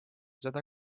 seda